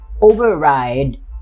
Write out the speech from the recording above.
override